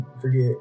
forget